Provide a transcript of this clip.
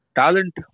talent